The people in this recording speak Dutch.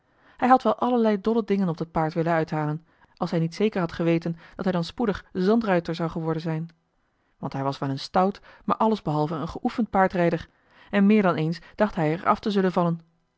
hij had wel allerlei dolle dingen op dat paard willen uithalen als hij niet voor zeker had geweten dat hij dan spoedig zandruiter zou geworden zijn want hij was wel een stout maar alles behalve een geoefend paardrijder en meer dan eens dacht hij er af te zullen vallen